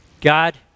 God